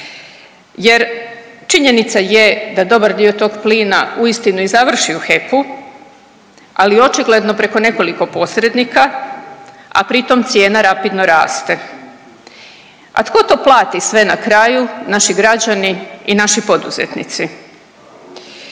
jer činjenica je da dobar dio tog plina uistinu i završi u HEP-u, ali očigledno preko nekoliko posrednika, a pri tom cijena rapidno raste, a tko to plati sve na kraju, naši građani i naši poduzetnici,